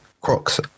Crocs